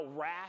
wrath